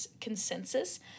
consensus